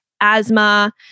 asthma